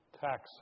tax